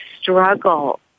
struggle